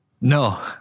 No